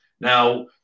Now